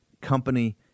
company